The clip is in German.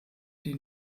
die